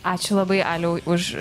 ačiū labai aliau už